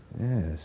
Yes